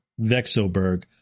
Vexelberg